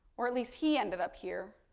or at least he ended up here,